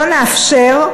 לא נאפשר,